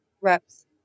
Reps